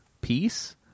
peace